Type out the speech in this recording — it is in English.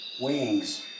wings